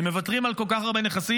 אם מוותרים על כל כך הרבה נכסים,